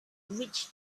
reach